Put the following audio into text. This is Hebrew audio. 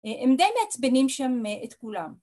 ‫הם די מעצבנים שם את כולם.